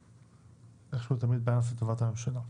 איכשהו תמיד זה לטובת הממשלה,